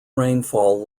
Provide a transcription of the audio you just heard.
rainfall